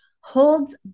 holds